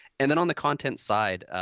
and then, on the content side